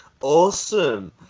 awesome